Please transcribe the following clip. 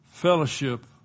Fellowship